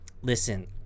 listen